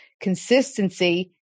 consistency